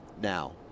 Now